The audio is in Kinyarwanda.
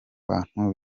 bantu